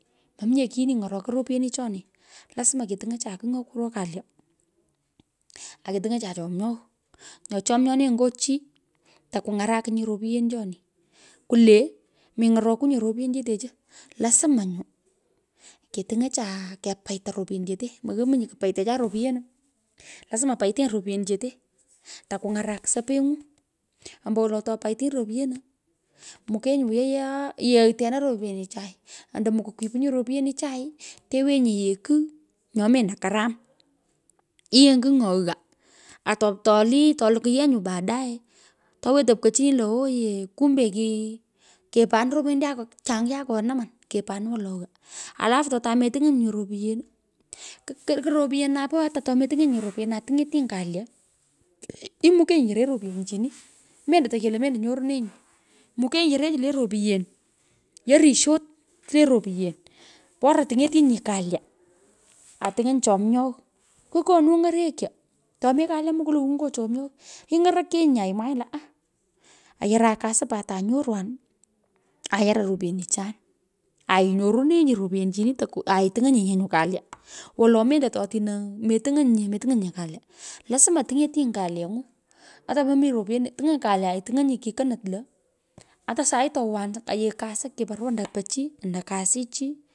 Mominye kiyini ny’orokoi ropyenichoni, lasma ketung’ocha kigh nyo kuro kalya aa ketung'ocha chamyogh nyo chomyonenyi ngo chi takung’rakinyi ropyenichoni, kwulee, meny’oroku nye ropyenichete chu. Lasma nyu, ketungochaa, kepaita ropyenichete moghomonye kupaitocha repyenu lasma paiteny ropyenichete, takuny'arak sopeng'u, ombowolo ato paitinyi ropyenu, mukenyi wiyo yeghtenai ropyenichai ando mukoi kwipinyi ropyenichai tewenyi yigh kigh nyo mendo karam yianyi kigh nyo ghaa, atolukwu yee nyuu baadaye towetei pkochiny lo oye kumbe ki kepanin ropyenichai cha chung cha karaman kepanin wolo ghaa. Alafu ata metiny’enyinye ropyen ku ropyen napoo ata tometiny’enyinye a tiny’etinyi. Kalya imukeny yore ropyenichini, mendo tekeolo nyoronenyi, mukenyi yore chu le ropyen, yorishot chu le ropyen bera ting’etinyi kalya aa tuny’onyi chomyogh ku konu ny’orekyo to mi kalya mukulaung’u ngo chomyogh inyorokenyi aimwaanyi, lo aa, ayarun kasi pat anyorwan ayaran ropyenichan, ainyorunenyi ropyenichini, aiting’enyinye nyo kalya wolo mendo totino metinyenyinye metiny’enyinye kalya lasma tingetinyi kalyeng’u, ata momit ropyenu, ting’enyi kalya aituny’ony kikonot lo ata sai atowan ayigh kasi kiparwa ando pochi ando kasi chi.